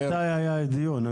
מתי היה הדיון?